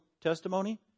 testimony